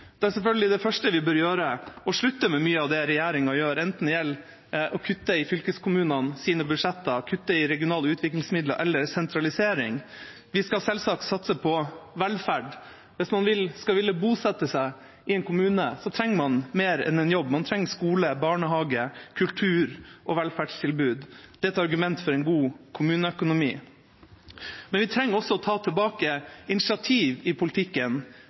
Da er selvfølgelig det første vi bør gjøre, å slutte med mye av det regjeringa gjør, enten det gjelder å kutte i fylkeskommunenes budsjetter og regionale utviklingsmidler eller å sentralisere. Vi skal selvsagt satse på velferd. Hvis man skal ville bosette seg i en kommune, trenger man mer enn en jobb. Man trenger skole, barnehage og et kultur- og velferdstilbud. Det er et argument for en god kommuneøkonomi. Men vi trenger også å ta tilbake initiativ i politikken